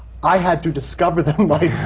i had to discover them but